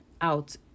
out